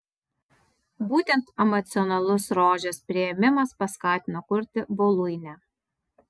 būtent emocionalus rožės priėmimas paskatino kurti voluinę